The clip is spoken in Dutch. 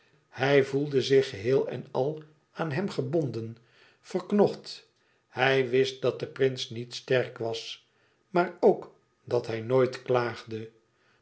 hij voelde zich geheel en al aan hem gebonden verknocht hij wist dat de prins niet sterk was maar ook dat hij nooit klaagde